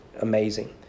amazing